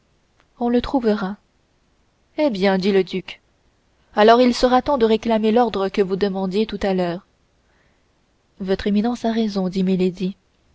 on le trouvera eh bien dit le duc alors il sera temps de réclamer l'ordre que vous demandiez tout à l'heure votre éminence a raison dit